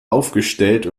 aufgestellt